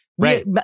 Right